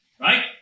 right